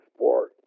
Sport